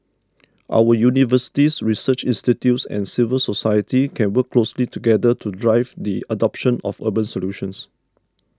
our universities research institutes and civil society can work closely together to drive the adoption of urban solutions